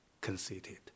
conceited